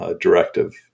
Directive